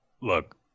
look